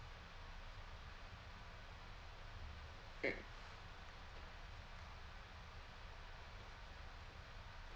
mm